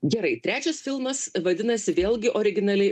gerai trečias filmas vadinasi vėlgi originaliai